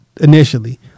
initially